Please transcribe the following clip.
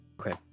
Okay